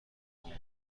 اومدی